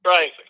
Right